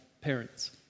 parents